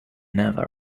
never